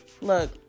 look